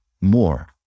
more